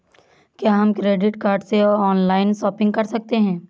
क्या हम credit card से ऑनलाइन शॉपिंग कर सकते हैं?